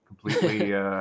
completely